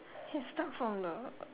can start from the